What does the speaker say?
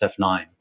F9